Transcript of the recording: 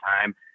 time